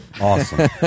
Awesome